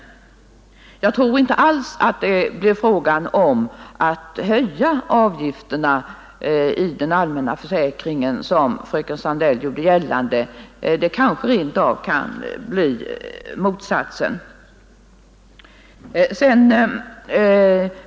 Jag tror inte alls att det blir fråga om att höja avgifterna i den allmänna försäkringen, som fröken Sandell gjorde gällande; det kanske rent av kan bli motsatsen.